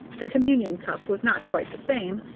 the communion cup was not quite the same,